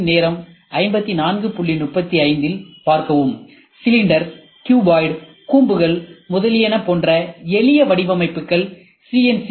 திரையின் நேரம் 5435இல் பார்க்கவும் சிலிண்டர் க்யூபாய்டு கூம்புகள் முதலியன போன்ற எளிய வடிவமைப்புகள் சி